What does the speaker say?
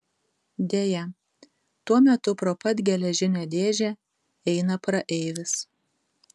deja tuo metu pro pat geležinę dėžę eina praeivis